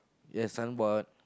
yes I'm bored